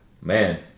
man